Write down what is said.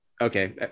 okay